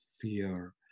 fear